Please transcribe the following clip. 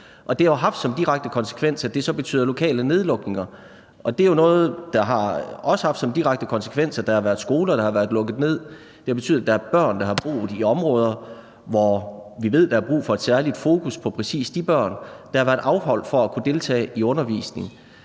Det har jo haft som direkte konsekvens, at der har været lokale nedlukninger, og det er noget, der også har haft som direkte konsekvens, at der har været skoler, der har været lukket ned. Det har betydet, at der er børn, der har boet i områder, hvor vi ved der er brug for et særligt fokus på præcis de børn, og som har været afholdt fra at kunne deltage i undervisning.